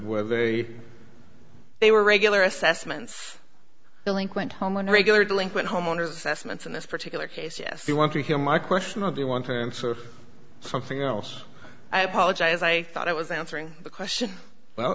were very they were regular assessments delinquent home loan regular delinquent homeowners estimates in this particular case yes you want to hear my question of the one time for something else i apologize i thought i was answering the question well